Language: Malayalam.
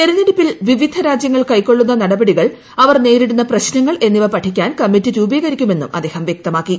തെരഞ്ഞെടുപ്പിൽ വിവിധ ്രാജ്യങ്ങൾ കൈകൊളളുന്ന നടപടികൾ അവർ നേരിടുന്ന പ്രശ്മങ്ങൾ എന്നിവ പഠിക്കാൻ കമ്മിറ്റി രൂപീകരിക്കുമെന്നും അ്ദ്ദേഹം വ്യക്തമാക്കി